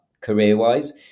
career-wise